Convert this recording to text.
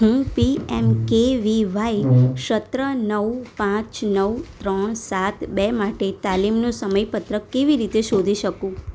હું પીએમકેવીવાય સત્ર નવ પાંચ નવ ત્રણ સાત બે માટે તાલીમનું સમયપત્રક કેવી રીતે શોધી શકું